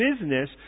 business